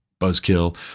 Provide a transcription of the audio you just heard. buzzkill